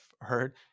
heard